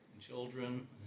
children